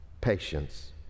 Patience